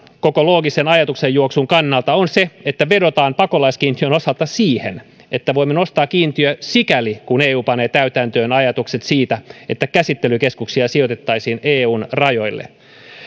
koko loogisen ajatuksenjuoksun kannalta on se että vedotaan pakolaiskiintiön osalta siihen että voimme nostaa kiintiötä sikäli kuin eu panee täytäntöön ajatukset siitä että käsittelykeskuksia sijoitettaisiin eun rajoille